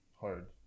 hard